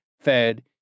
Fed